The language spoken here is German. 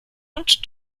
und